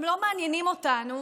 הם לא מעניינים אותנו.